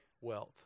wealth